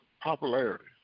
popularity